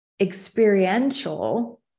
experiential